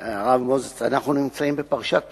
הרב מוזס, אנחנו נמצאים בפרשת משפטים,